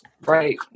right